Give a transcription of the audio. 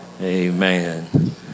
Amen